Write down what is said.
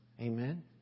Amen